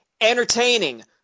entertaining